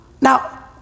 Now